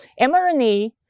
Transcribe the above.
mRNA